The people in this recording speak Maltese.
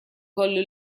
kollu